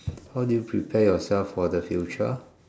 how do you prepare yourself for the future